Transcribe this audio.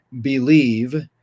believe